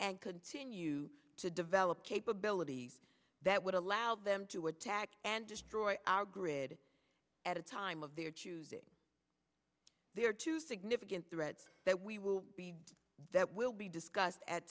and continue to develop capabilities that would allow them to attack and destroy our grid at a time of their choosing there are two significant threats that we will be that will be discussed at